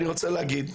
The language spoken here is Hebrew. אני רוצה להגיד,